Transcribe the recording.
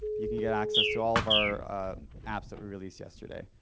you can get access to all of our apps that we released yesterday.